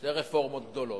שתי רפורמות גדולות,